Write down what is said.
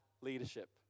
leadership